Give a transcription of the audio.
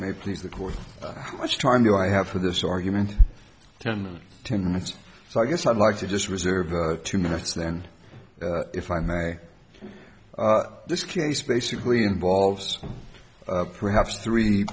please the court how much time do i have for this argument ten minutes ten minutes so i guess i'd like to just reserve two minutes then if i may i this case basically involves perhaps three